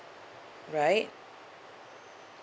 right